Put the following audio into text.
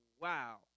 Wow